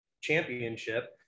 championship